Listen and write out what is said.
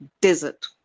desert